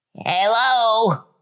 Hello